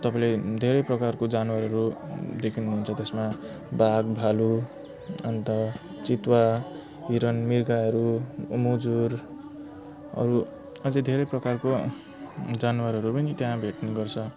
तपाईँले धेरै प्रकारको जनावरहरू देख्नु हुन्छ त्यसमा बाघ भालु अन्त चितुवा हिरण मृगहरू मुजुर अरू अझ धेरै प्रकारको जनावरहरू पनि त्यहाँ भेट्ने गर्छ